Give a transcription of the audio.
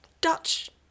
Dutch